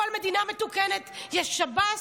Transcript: בכל מדינה מתוקנת יש שב"ס,